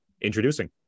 introducing